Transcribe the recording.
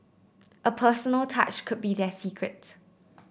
a personal touch could be their secret